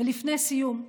ולפני סיום,